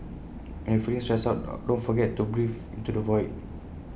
when you are feeling stressed out don't forget to breathe into the void